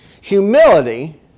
Humility